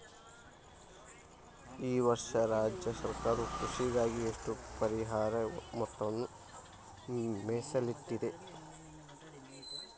ಈ ವರ್ಷ ರಾಜ್ಯ ಸರ್ಕಾರವು ಕೃಷಿಗಾಗಿ ಎಷ್ಟು ಪರಿಹಾರ ಮೊತ್ತವನ್ನು ಮೇಸಲಿಟ್ಟಿದೆ?